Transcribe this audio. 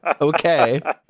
Okay